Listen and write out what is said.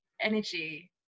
energy